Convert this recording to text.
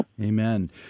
Amen